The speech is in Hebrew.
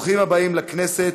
ברוכים הבאים לכנסת,